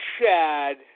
Chad